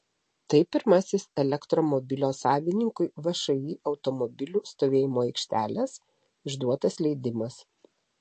tai pirmasis elektromobilio savininkui všį automobilių stovėjimo aikštelės išduotas leidimas